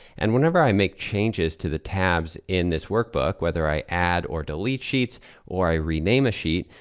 and whenever i make changes to the tabs in this workbook, whether i add or delete sheets or i rename a sheet,